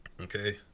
okay